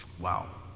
Wow